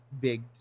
big